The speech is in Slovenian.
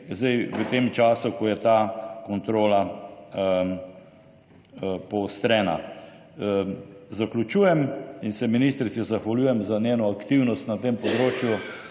v tem času, ko je ta kontrola poostrena. Zaključujem in se ministrici zahvaljujem za njeno aktivnost na tem področju,